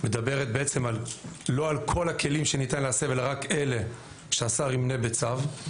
מדברת בעצם לא על כל הכלים שניתן להסב אלא רק אלה שהשר ימנה בצו,